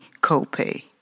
Copay